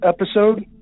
episode